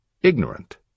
ignorant